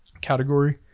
category